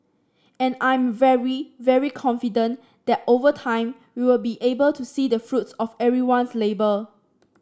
and I'm very very confident that over time we will be able to see the fruits of everyone's labour